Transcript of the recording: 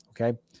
Okay